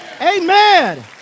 Amen